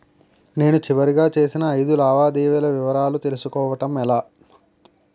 నేను చివరిగా చేసిన ఐదు లావాదేవీల వివరాలు తెలుసుకోవటం ఎలా?